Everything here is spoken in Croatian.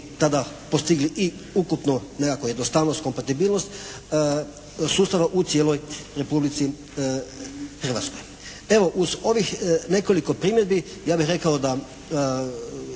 tada postigli i ukupnu nekakvu jednostavnost, kompatibilnost sustava u cijeloj Republici Hrvatskoj. Evo uz ovih nekoliko primjedbi ja bih rekao da